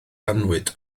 annwyd